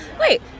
Wait